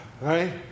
Right